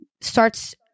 starts